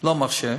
לא מרשה.